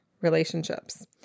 relationships